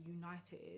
united